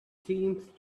seemed